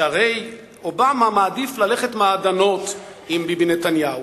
שהרי אובמה מעדיף ללכת מעדנות עם ביבי נתניהו,